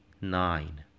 Nine